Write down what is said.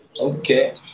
Okay